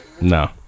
no